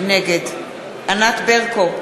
נגד ענת ברקו,